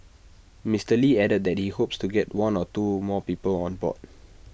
Mister lee added that he hopes to get one or two more people on board